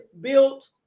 built